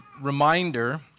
reminder